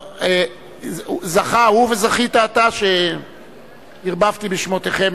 זכה הוא וזכית אתה שערבבתי בשמותיכם.